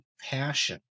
passion